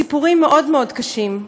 סיפורים מאוד מאוד קשים,